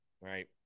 right